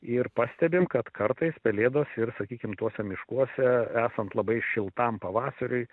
ir pastebim kad kartais pelėdos ir sakykim tuose miškuose esant labai šiltam pavasariui